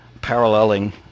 paralleling